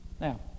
Now